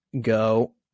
go